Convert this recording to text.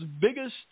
biggest